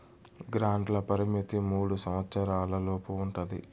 గ్రాంట్ల పరిమితి మూడు సంవచ్చరాల లోపు ఉంటది